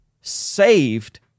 saved